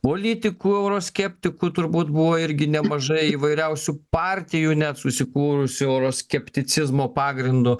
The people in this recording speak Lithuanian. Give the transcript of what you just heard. politikų euroskeptikų turbūt buvo irgi nemažai įvairiausių partijų net susikūrusių euroskepticizmo pagrindu